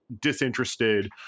disinterested